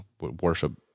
worship